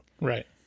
Right